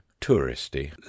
touristy